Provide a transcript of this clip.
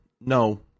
no